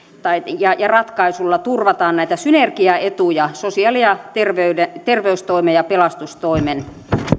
ja ja ratkaisulla turvataan näitä synergiaetuja sosiaali ja terveystoimen ja pelastustoimen